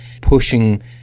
pushing